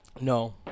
No